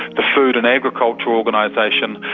the food and agriculture organisation,